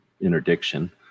interdiction